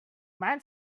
man